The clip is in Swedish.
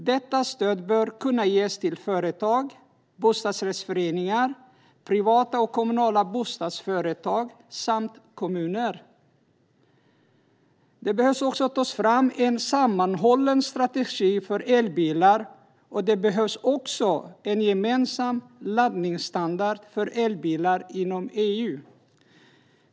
Detta stöd bör kunna ges till företag, bostadsrättsföreningar, privata och kommunala bostadsföretag samt kommuner. Det behöver tas fram en sammanhållen strategi för elbilar, liksom en gemensam laddningsstandard för elbilar inom EU.